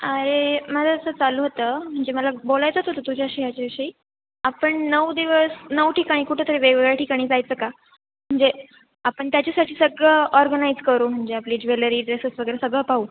अरे मला असं चालू होतं म्हणजे मला बोलायचंच होतं तुझ्याशी याच्याविषयी आपण नऊ दिवस नऊ ठिकाणी कुठं तरी वेगवेगळ्या ठिकाणी जायचं का म्हणजे आपण त्याच्यासाठी सगळं ऑर्गनाईज करू म्हणजे आपली ज्वेलरी ड्रेसेस वगैरे सगळं पाहू